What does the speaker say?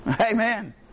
Amen